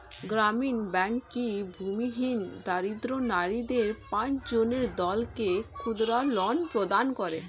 গ্রামীণ ব্যাংক কি ভূমিহীন দরিদ্র নারীদের পাঁচজনের দলকে ক্ষুদ্রঋণ প্রদান করে?